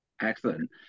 Excellent